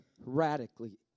radically